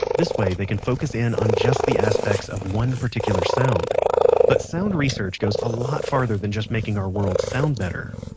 this way they can focus in on just the aspects of one particular sound but sound research goes a lot farther than just making our world sound better.